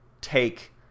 take